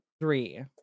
three